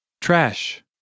Trash